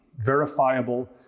verifiable